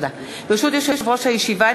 ברשות יושב-ראש הישיבה,